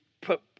put